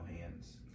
hands